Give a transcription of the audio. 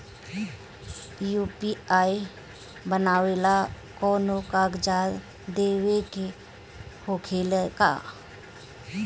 UPI बनावेला कौनो कागजात देवे के होखेला का?